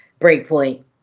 Breakpoint